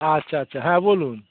আচ্ছা আচ্ছা হ্যাঁ বলুন